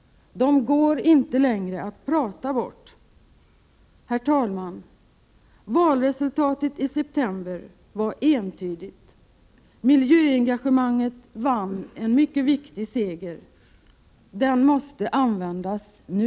De går inte längre att prata bort. Herr talman! Valresultatet i september var entydigt — miljöengagemanget vann en mycket viktig seger. Den måste användas nu.